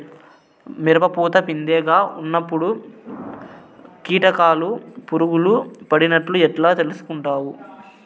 మిరప పూత పిందె గా ఉన్నప్పుడు కీటకాలు పులుగులు పడినట్లు ఎట్లా తెలుసుకుంటావు?